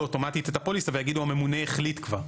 אוטומטית את הפוליסה ויגידו לו שהממונה החליט כבר.